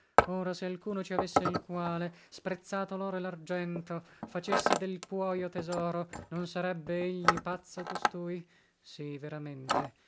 ora se alcuno ci avesse il quale sprezzato loro e largento facesse del cuoio tesoro non sarebbe egli pazzo costui sì veramente